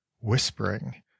whispering